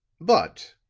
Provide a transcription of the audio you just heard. but,